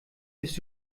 bist